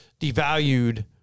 devalued